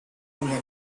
levels